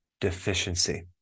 deficiency